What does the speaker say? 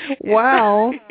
Wow